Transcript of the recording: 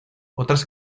otras